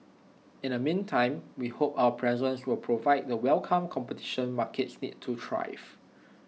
in the meantime we hope our presence will provide the welcome competition markets need to thrive